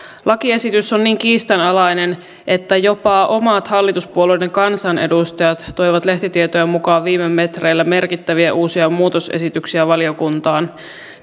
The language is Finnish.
lakiesitys on niin kiistanalainen että jopa omat hallituspuolueiden kansanedustajat toivat lehtitietojen mukaan viime metreillä merkittäviä uusia muutosesityksiä valiokuntaan